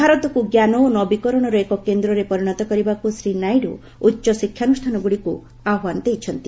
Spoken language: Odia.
ଭାରତକୁ ଜ୍ଞାନ ଓ ନବିକରଣର ଏକ କେନ୍ଦ୍ରରେ ପରିଣତ କରିବାକୁ ଶ୍ରୀ ନାଇଡୁ ଉଚ୍ଚ ଶିକ୍ଷାନୁଷ୍ଠାନ ଗୁଡ଼ିକୁ ଆହ୍ୱାନ ଦେଇଛନ୍ତି